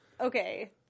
Okay